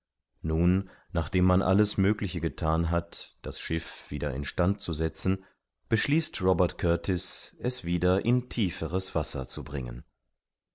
nun nachdem man alles mögliche gethan hat das schiff wieder in stand zu setzen beschließt robert kurtis es wieder in tieferes wasser zu bringen